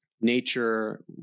nature